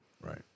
Right